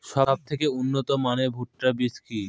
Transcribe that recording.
সবথেকে উন্নত মানের ভুট্টা বীজ কি?